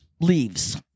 leaves